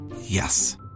Yes